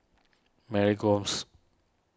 Mary Gomes